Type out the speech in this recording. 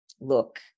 look